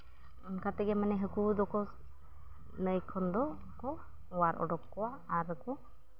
ᱚᱱᱠᱟ ᱛᱮᱜᱮ ᱢᱟᱱᱮ ᱦᱟᱹᱠᱩ ᱫᱚᱠᱚ ᱱᱟᱹᱭ ᱠᱷᱚᱱ ᱫᱚᱠᱚ ᱚᱣᱟᱨ ᱚᱰᱳᱠ ᱠᱚᱣᱟ ᱟᱨ ᱠᱚ